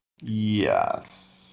Yes